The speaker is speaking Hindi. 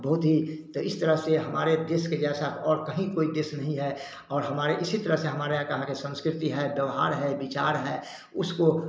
बहुत ही तो तो इस तरह से हमारे देश के जैसा और कहीं कोई केस नहीं है और हमारे इसी तरह से हमारे यहाँ कहा की संस्कृति है व्यवहार है विचार है उसको